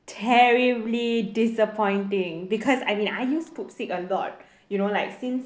terribly disappointing because I mean I use Pupsik a lot you know like since